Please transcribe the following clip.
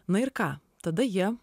na ir ką tada jie